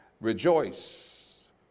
Rejoice